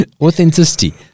Authenticity